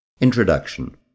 Introduction